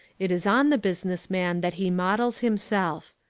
it is on the business man that he models himself.